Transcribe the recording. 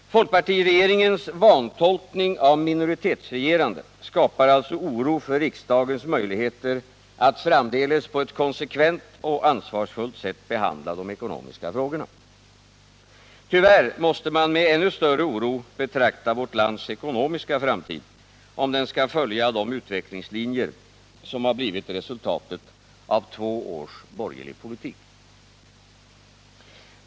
Folkpartiregeringens vantolkning av minoritetsregerandet skapar alltså oro för riksdagens möjligheter att framdeles på ett konsekvent och ansvarsfullt sätt behandla de ekonomiska frågorna. Tyvärr måste man med ännu större oro betrakta vårt lands ekonomiska framtid, om den skall följa de utvecklingslinjer som blivit resultatet av två års borgerlig politik.